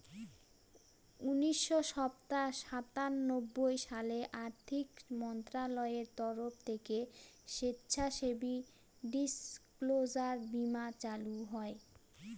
উনিশশো সাতানব্বই সালে আর্থিক মন্ত্রণালয়ের তরফ থেকে স্বেচ্ছাসেবী ডিসক্লোজার বীমা চালু হয়